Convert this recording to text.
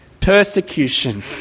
persecution